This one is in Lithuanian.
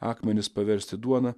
akmenis paversti duona